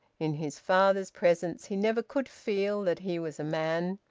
in his father's presence he never could feel that he was a man.